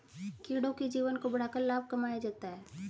कीड़ों के जीवन को बढ़ाकर लाभ कमाया जाता है